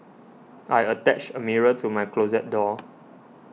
I attached a mirror to my closet door